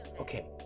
okay